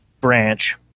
branch